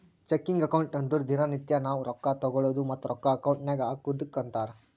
checking account ಅಂದುರ್ ದಿನಾ ನಿತ್ಯಾ ನಾವ್ ರೊಕ್ಕಾ ತಗೊಳದು ಮತ್ತ ರೊಕ್ಕಾ ಅಕೌಂಟ್ ನಾಗ್ ಹಾಕದುಕ್ಕ ಅಂತಾರ್